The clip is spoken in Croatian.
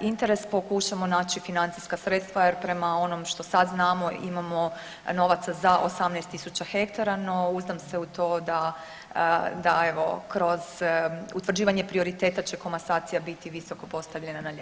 interes pokušamo naći financijska sredstva jer prema onom što sad znamo imamo novaca za 18.000 hektara, no uzdam se u to da evo kroz utvrđivanje prioriteta će komasacija biti visoko postavljena na ljestvici.